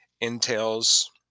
entails